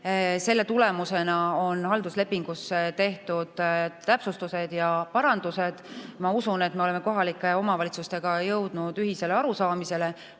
selle tulemusena on halduslepingusse tehtud täpsustused ja parandused. Ma usun, et me oleme kohalike omavalitsustega jõudnud ühisele arusaamisele,